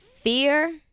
fear